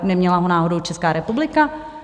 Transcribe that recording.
Neměla ho náhodou Česká republika?